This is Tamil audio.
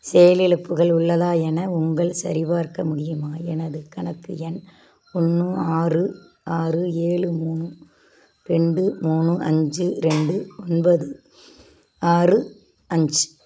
செயலிழப்புகள் உள்ளதா என உங்கள் சரிபார்க்க முடியுமா எனது கணக்கு எண் ஒன்று ஆறு ஆறு ஏழு மூணு ரெண்டு மூணு அஞ்சு ரெண்டு ஒன்பது ஆறு அஞ்சு